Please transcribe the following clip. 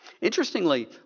Interestingly